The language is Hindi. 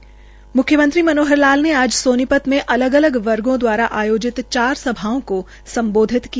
म्ख्यमंत्री मनोहर लाल ने आज सोनीपत में अलग अलग वर्गो द्वारा आयोजित चार सभाओं को सम्बोधित किया